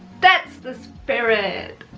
that's the spirit!